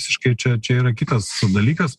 visiškai čia čia yra kitas dalykas